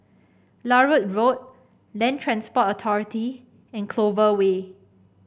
Larut Road Land Transport Authority and Clover Way